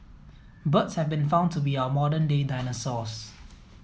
birds have been found to be our modern day dinosaurs